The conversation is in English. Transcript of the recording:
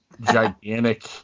gigantic